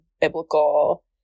biblical